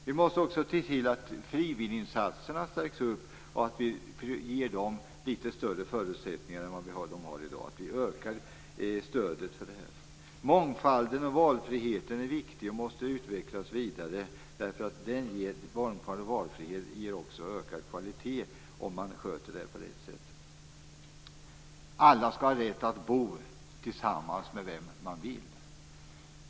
Vi måste också se till att frivilliginsatserna stärks och att de ges litet större förutsättningar än vad de har i dag genom ett ökat stöd. Mångfald och valfrihet är viktigt och måste utvecklas vidare, därför att mångfald och valfrihet ger också ökad kvalitet om det sköts på rätt sätt. Alla skall ha rätt att bo tillsammans med vem man vill.